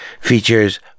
features